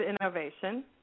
Innovation